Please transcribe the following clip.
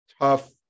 tough